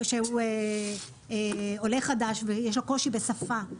שהוא עולה חדש ויש לו קושי בשפה,